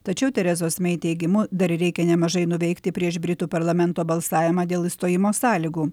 tačiau terezos mei teigimu dar reikia nemažai nuveikti prieš britų parlamento balsavimą dėl išstojimo sąlygų